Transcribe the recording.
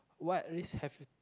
what risk have you